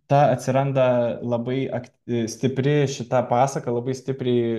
ta atsiranda labai ak stipri šita pasaka labai stipriai